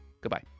goodbye